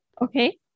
okay